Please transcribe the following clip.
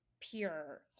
pure